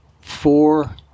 Four